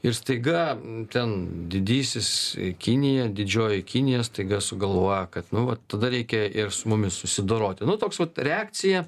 ir staiga ten didysis kinija didžioji kinija staiga sugalvoja kad nu va tada reikia ir su mumis susidoroti nu toks vat reakcija